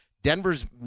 Denver's